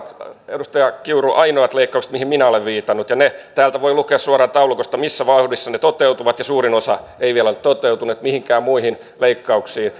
edustaja kiuru ainoat leikkaukset mihin minä olen viitannut ja täältä voi lukea suoraan taulukosta missä vauhdissa ne toteutuvat ja suurin osa ei vielä ole toteutunut mihinkään muihin leikkauksiin